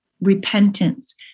repentance